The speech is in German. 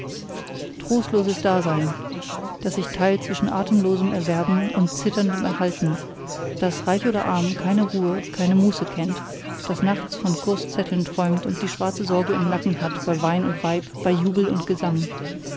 trostloses dasein das sich teilt zwischen atemlosem erwerben und zitterndem erhalten das reich oder arm keine ruhe keine muße kennt das nachts von kurszetteln träumt und die schwarze sorge im nacken hat bei wein und weib bei jubel und gesang